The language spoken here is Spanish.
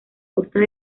costas